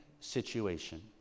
situation